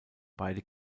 beide